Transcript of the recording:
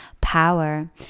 power